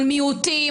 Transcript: על מיעוטים,